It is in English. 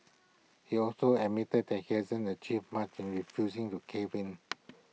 he also admitted that he hasn't achieved much in refusing to cave in